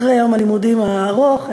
אחרי יום הלימודים הארוך.